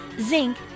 zinc